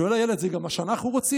שואל הילד: זה גם מה שאנחנו רוצים?